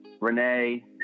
Renee